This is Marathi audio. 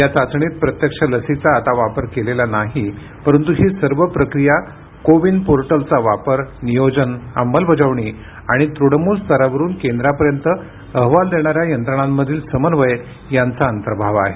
या चाचणीत प्रत्यक्ष लसीचा आता वापर केलेला नाही परंतु ही सर्व प्रक्रिया को विन पोर्टलचा वापर नियोजन अंमलबजावणी आणि तृणमूल स्तरावरून केंद्रापर्यंत अहवाल देणाऱ्या यंत्रणांमधील समन्वय यांचा अंतर्भाव आहे